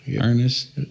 Ernest